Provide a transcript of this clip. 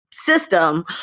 system